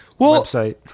website